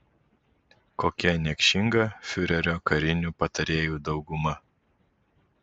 kokia niekšinga fiurerio karinių patarėjų dauguma